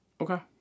Okay